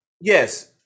Yes